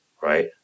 Right